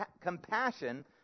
compassion